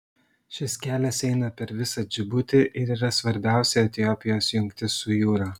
šis kelias eina per visą džibutį ir yra svarbiausia etiopijos jungtis su jūra